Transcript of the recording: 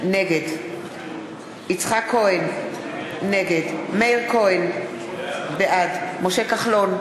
נגד יצחק כהן, נגד מאיר כהן, בעד משה כחלון,